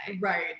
Right